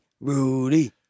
Rudy